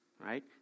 right